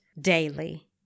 daily